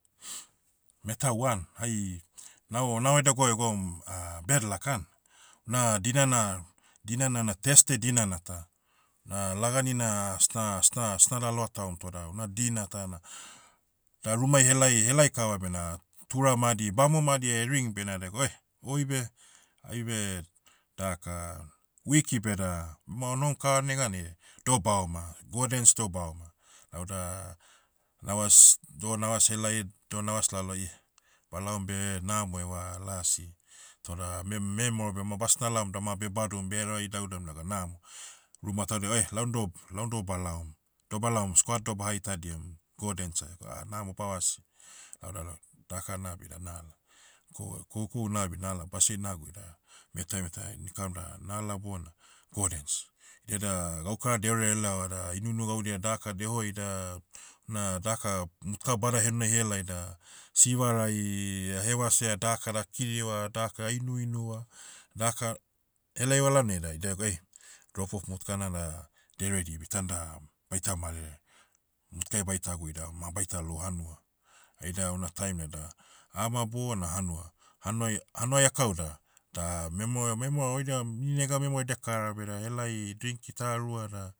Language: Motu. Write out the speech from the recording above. Metau an. Hai, nao- nao edia gwauai egwaum, bad luck an. Na dinana- dinana na thursday dinana ta. Na lagani na, asna- asna- asna laloa taom toda una dina tana, da rumai helai, helai kava bena, tura madi bamo madi ring bena degwa oe, oibe. Aibe, daka, wiki beda, bema onohom kava neganai, dobaoma. godens dobaoma. Lauda, navas, doh navas helai, doh navas lalo ih, balaom beh name eva lasi. Toda me- memero bema basnalaom dama bebadum behereva idauidaum naga namo. Ruma taudia oe, laundoh- laundoh balaom. Doh balaom squad doh baha itadiam, godens ai. Gwa ah namo bavas. daka nabi da nala. Koue- koukou nabi nala basiai naguida, metaemetae, inikam da, nala bona, godens. Diada, gaukara deore elaova da inuinu gaudia daka dehoi da, una daka, motuka bada henunai helai da, sivarai, ahevasea daka dakiriva, daka ah inuinuva, daka, helaiva lalonai da idia egwa ei, drop off motukana da, deredi beh itanda, baita marere. Motukai baita gui dama baita lou hanua. Aida una taimnai da, ama bona hanua. Hanuai- hanuai akau da, da memero memero oidiam, ini nega memero edia kara beda helai, drinki ta rua da,